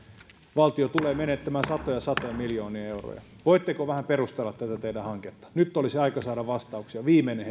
valtio tulee menettämään satoja satoja miljoonia euroja voitteko vähän perustella tätä teidän hankettanne nyt olisi aika saada vastauksia viimeinen